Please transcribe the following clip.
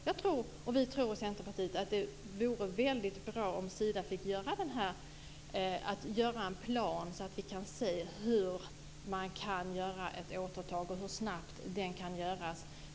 Jag och Centerpartiet tror att det vore väldigt bra om Sida fick göra en plan så att vi kan se hur man kan göra ett återtag och hur snabbt det kan göras.